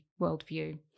worldview